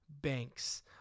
banks